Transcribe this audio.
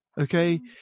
Okay